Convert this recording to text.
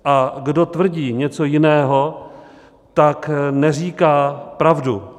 A kdo tvrdí něco jiného, neříká pravdu.